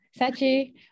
sachi